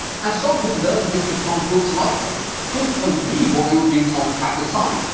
and some who learned history from books like those, couldn't believe what they were being told at the time.